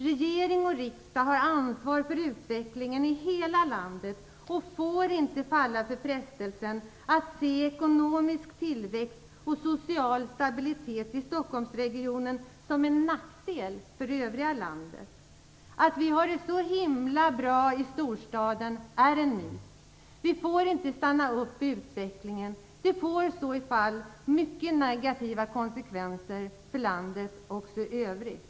Regering och riksdag har ansvar för utvecklingen i hela landet och får inte falla för frestelsen att se ekonomisk tillväxt och social stabilitet i Stockholmsregionen som en nackdel för övriga landet. Att vi har det så "himla" bra i storstaden är en myt. Vi får inte stanna upp i utvecklingen, det får i så fall mycket negativa konsekvenser också för landet i övrigt.